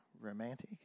romantic